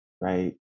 right